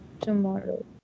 Tomorrow